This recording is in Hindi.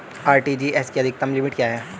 आर.टी.जी.एस की अधिकतम लिमिट क्या है?